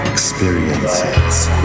Experiences